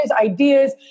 ideas